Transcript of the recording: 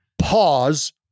pause